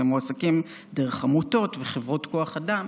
הם מועסקים דרך עמותות וחברות כוח אדם,